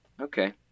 Okay